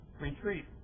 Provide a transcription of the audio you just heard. retreat